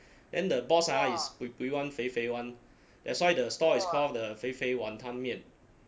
then the boss ah is pui pui [one] 肥肥 [one] that's why the store is called the the fei fei wanton 面